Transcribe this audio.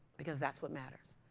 because that's what matters.